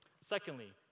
Secondly